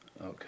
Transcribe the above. Okay